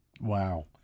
Wow